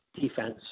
defense